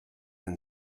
and